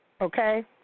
Okay